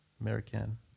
American